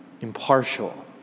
impartial